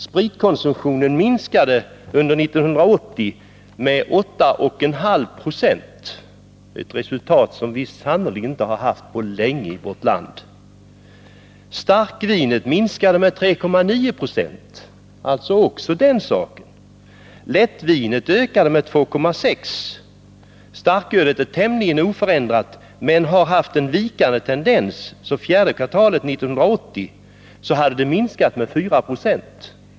Spritkonsumtionen minskade under 1980 med 8,5 96, ett resultat som vi sannerligen inte har haft på länge i vårt land. Starkvinet minskade med 3,9 20. Lättvinet ökade med 2,6 96. Starkölet är tämligen oförändrat men har haft en vikande tendens, så fjärde kvartalet 1980 hade försäljningen minskat med 4 6.